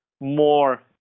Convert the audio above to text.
more